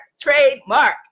trademark